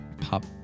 pop